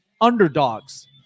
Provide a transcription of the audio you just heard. underdogs